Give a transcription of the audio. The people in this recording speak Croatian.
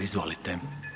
Izvolite.